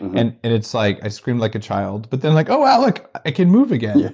and it's like, i screamed like a child. but then like, oh wow look, i can move again. yeah